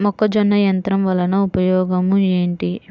మొక్కజొన్న యంత్రం వలన ఉపయోగము ఏంటి?